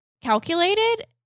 calculated